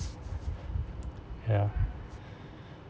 ya